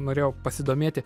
norėjau pasidomėti